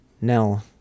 Nell